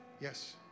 yes